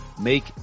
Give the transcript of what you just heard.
make